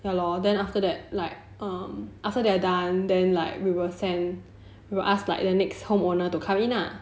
ya lor then after that like um after they are done then like we will send we will ask like the next home owner to come in lah